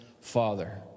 father